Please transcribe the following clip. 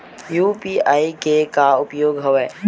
UPI के का उपयोग हवय?